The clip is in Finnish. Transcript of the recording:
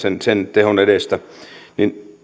tehon edestä niin